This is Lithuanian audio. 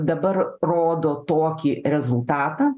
dabar rodo tokį rezultatą